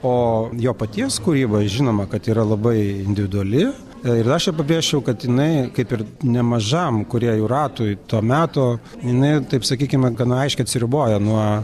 o jo paties kūryba žinoma kad yra labai individuali ir aš čia pabrėžčiau kad jinai kaip ir nemažam kūrėjų ratui to meto jinai taip sakykime gana aiškiai atsiriboja nuo